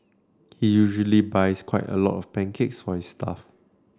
he usually buys quite a lot of pancakes for his staff